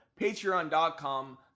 Patreon.com